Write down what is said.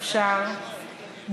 אפשר,